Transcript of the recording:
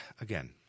again